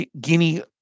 Guinea